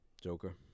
Joker